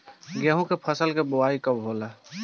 गेहूं के फसल के बोआई कब होला?